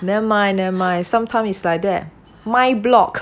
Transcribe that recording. nevermind nevermind sometime is like that mind block